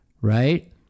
right